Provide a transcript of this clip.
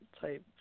type